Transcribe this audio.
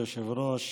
כבוד היושב-ראש,